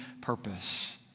purpose